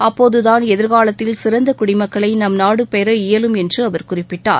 அப்போதுதான் எதிர்காலத்தில் சிறந்த குடிமக்களை நம் நாடு பெற இயலும் என்று அவர் குறிப்பிட்டார்